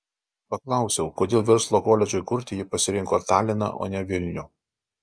paklausiau kodėl verslo koledžui kurti jis pasirinko taliną o ne vilnių